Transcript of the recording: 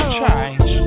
change